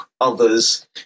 others